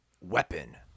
Weapon